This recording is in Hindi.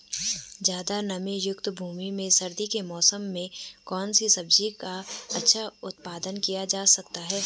ज़्यादा नमीयुक्त भूमि में सर्दियों के मौसम में कौन सी सब्जी का अच्छा उत्पादन किया जा सकता है?